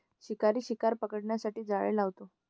शिकारी शिकार पकडण्यासाठी जाळे लावतो